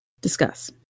Discuss